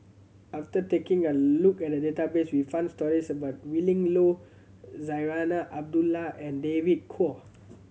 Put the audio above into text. after taking a look at the database we found stories about Willin Low Zarinah Abdullah and David Kwo